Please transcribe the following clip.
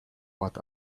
what